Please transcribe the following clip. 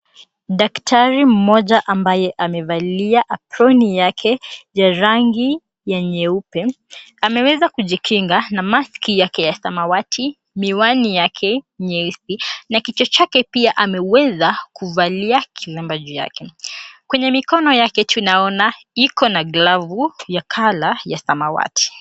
Daktari mmoja ambaye amevalia aproni yake ya rangi ya nyeupe ameweza kujikinga na maski yake ya samawati, miwani yake nyeusi na kichwa chake pia ameweza kuvalia kilemba juu yake. Kwenye mikono yake tunaona iko na glavu ya colour ya samawati.